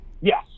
Yes